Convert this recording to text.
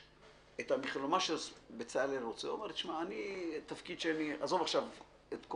בצלאל אומר: היה